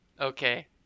Okay